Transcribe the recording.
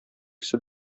сөт